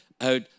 out